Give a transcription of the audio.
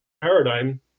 paradigm